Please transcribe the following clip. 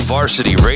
Varsity